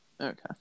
Okay